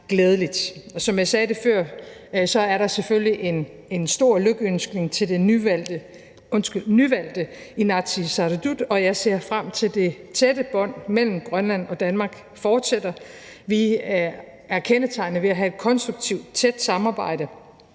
glædeligt. Og som jeg sagde det før, er der selvfølgelig en stor lykønskning til det nyvalgte Inatsisartut, og jeg ser frem til, at det tætte bånd mellem Grønland og Danmark fortsætter. Vi er kendetegnet ved at have et konstruktivt tæt samarbejde.